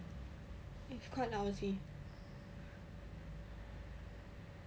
quite lousy